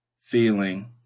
feeling